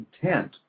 intent